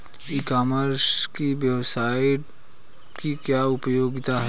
ई commerce की website की क्या उपयोगिता है?